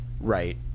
right